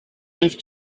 have